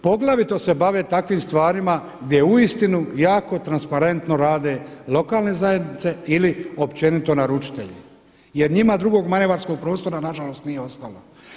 Poglavito se bave takvim stvarima gdje uistinu jako transparentno rade lokalne zajednice ili općenito naručitelji jer njima drugog manevarskog prostora nažalost nije ostalo.